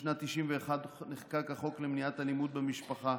בשנת 1991 נחקק החוק למניעת אלימות במשפחה,